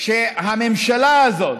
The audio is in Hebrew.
שהממשלה הזאת,